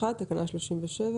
הצבעה אושרה.